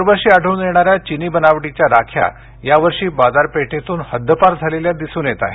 दरवर्षी आढळून येणाऱ्या चिनी बनावटीच्या राख्या या वर्षी बाजारपेठेतून हद्दपार झालेल्या दिसून येत आहेत